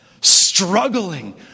struggling